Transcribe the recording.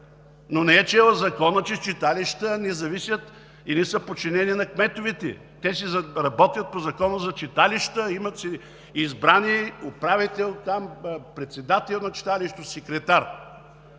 Не е чела Закона, че читалищата не зависят и не са подчинени на кметовете. Те работят по Закона за читалищата, имат си избрани управител, председател на читалището, секретар.